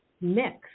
mix